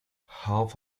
half